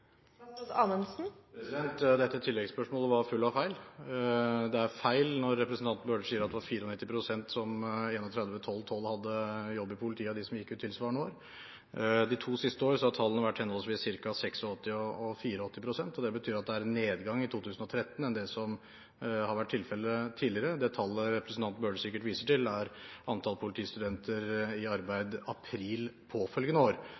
Dette tilleggsspørsmålet var fullt av feil. Det er feil når representanten Bøhler sier at det var 94 pst. som per 31. desember 2012 hadde jobb i politiet av dem som gikk ut tilsvarende år. De to siste år har tallene vært henholdsvis ca. 86 pst. og 84 pst. Det betyr at det er en nedgang i 2013 i forhold til det som har vært tilfellet tidligere. Det tallet representanten Bøhler sikkert viser til, er antall politistudenter i arbeid i april påfølgende år.